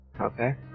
Okay